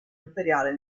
imperiale